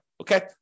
Okay